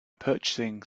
purchasing